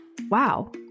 wow